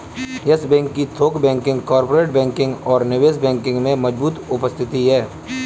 yes bank की थोक banking, corporate banking और निवेश बैंकिंग में मजबूत उपस्थिति है